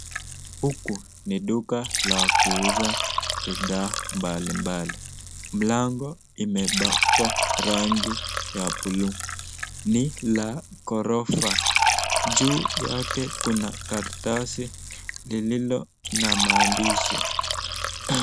Huku ni duka la kuuza bidhaa mbalimbali, mlango imepakwa rangi ya bluu, ni la ghorofa juu yake Kuna karatasi lililo na maandishi.